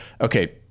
Okay